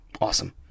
awesome